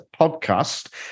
podcast